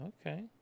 Okay